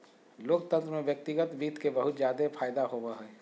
लोकतन्त्र में व्यक्तिगत वित्त के बहुत जादे फायदा होवो हय